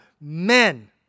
men